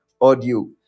audio